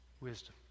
wisdom